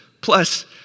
plus